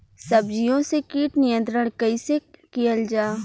सब्जियों से कीट नियंत्रण कइसे कियल जा?